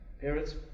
Parents